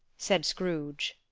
said scrooge.